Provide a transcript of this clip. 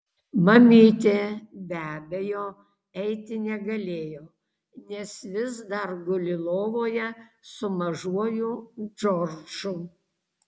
mamytė be abejo eiti negalėjo nes vis dar guli lovoje su mažuoju džordžu